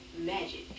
magic